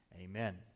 Amen